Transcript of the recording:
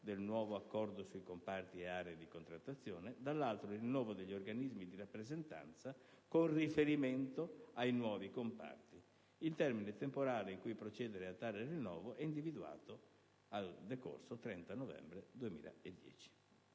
del nuovo accordo sui comparti e aree di contrattazione; dall'altro, il rinnovo degli organismi di rappresentanza, «con riferimento ai nuovi comparti». Il termine temporale in cui procedere a tale rinnovo è individuato nel decorso 30 novembre 2010.